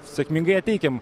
sėkmingai ją teikiam